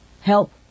help